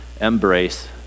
embrace